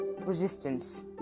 resistance